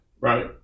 Right